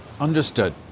Understood